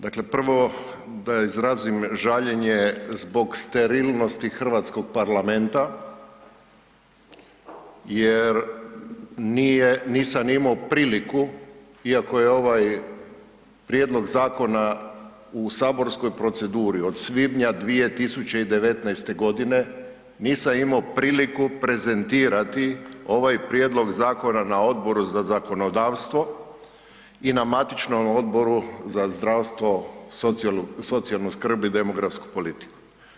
Dakle, prvo da izrazim žaljenje zbog sterilnosti hrvatskog Parlamenta jer nisam imao priliku, iako je ovaj prijedlog zakona u saborskoj proceduri od svibnja 2019.godine nisam imao priliku prezentirati ovaj prijedlog zakona na Odboru za zakonodavstvu i na matičnom Odboru za zdravstvo, socijalnu skrb i demografsku politiku.